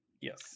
Yes